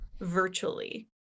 virtually